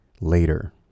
later